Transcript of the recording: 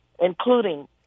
including